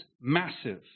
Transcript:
massive